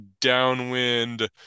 downwind